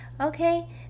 okay